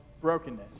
brokenness